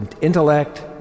intellect